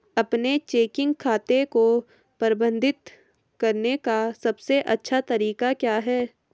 अपने चेकिंग खाते को प्रबंधित करने का सबसे अच्छा तरीका क्या है?